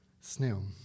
snail